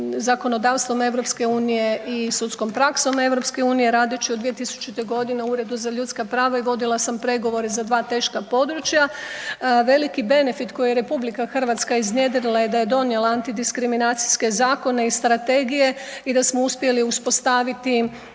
zakonodavstvom Europske unije i sudskom praksom Europske unije radeći od 2000.-te godine u Uredu za ljudska prava i vodila sam pregovore za 2 teška područja. Veliki benefit koji je Republika Hrvatska iznjedrila je da je donijela antidiskriminacijske zakone i strategije i da smo uspjeli uspostaviti